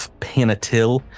panatil